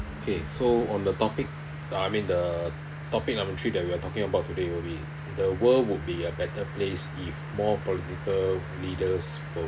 okay so on the topic um I mean the topic number three that we are talking about today will be the world would be a better place if more political leaders were